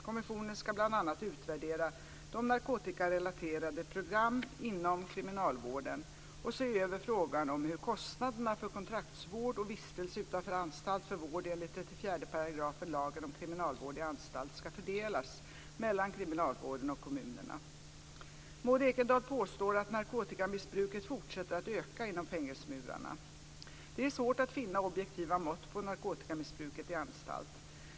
Kommissionen ska bl.a. utvärdera de narkotikarelaterade programmen inom kriminalvården och se över frågan om hur kostnaderna för kontraktsvård och vistelse utanför anstalt för vård enligt 34 § lagen Maud Ekendahl påstår att narkotikamissbruket fortsätter att öka inom fängelsemurarna. Det är svårt att finna objektiva mått på narkotikamissbruket i anstalt.